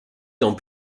dans